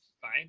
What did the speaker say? fine